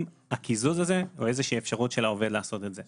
הקיזוז הזה הוא איזושהי אפשרות של העובד לעשות את זה,